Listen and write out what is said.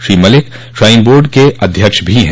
Shri Malik shrine board क अध्यक्ष भी हैं